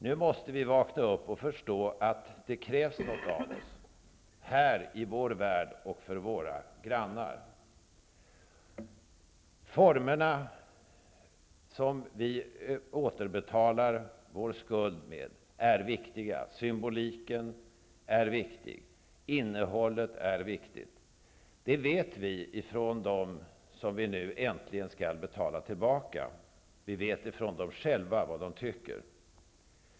Nu måste vi vakna upp och förstå att det krävs något av oss -- här i vår värld och för våra grannar. Formerna för hur vi återbetalar vår skuld är viktiga. Symboliken är viktig, innehållet är viktigt. Det vet vi från kontakter med dem som vi nu äntligen skall återbetala till; vi vet vad de själva tycker.